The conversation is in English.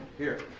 here.